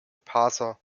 parser